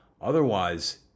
Otherwise